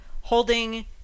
holding